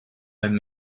beim